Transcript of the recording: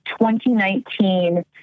2019